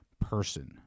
person